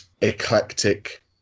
eclectic